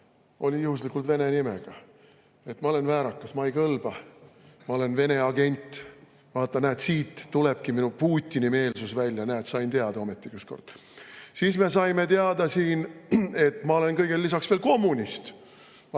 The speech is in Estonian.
oli juhuslikult vene nimega. Ma olen väärakas, ma ei kõlba, ma olen Vene agent. Vaata, näed, siit tulebki minu Putini-meelsus välja, näed, sain ometi ükskord teada. Siis me saime teada, et ma olen kõigele lisaks veel kommunist.